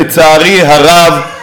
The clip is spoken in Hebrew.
לצערי הרב,